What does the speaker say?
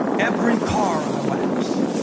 every car i wax,